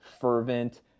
fervent